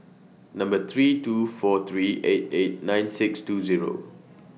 Number three two four three eight eight nine six two Zero